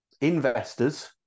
investors